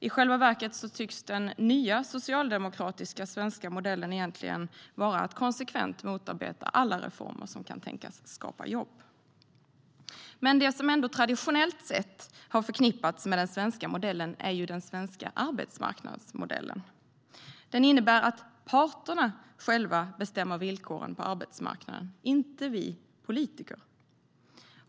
I själva verket tycks den nya socialdemokratiska svenska modellen vara att konsekvent motarbeta alla reformer som kan tänkas skapa jobb. Det som traditionellt sett har förknippats med den svenska modellen är den svenska arbetsmarknadsmodellen. Den innebär att parterna själva bestämmer villkoren på arbetsmarknaden - inte vi politiker.